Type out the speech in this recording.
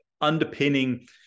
underpinning